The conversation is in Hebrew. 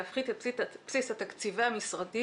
להפחית את בסיס תקציבי המשרדים.